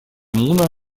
муна